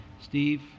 Steve